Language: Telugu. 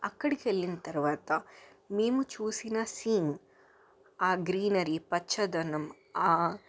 అక్కడికి వెళ్ళిన తర్వాత మేము చూసిన సీన్ ఆ గ్రీనరీ పచ్చదనం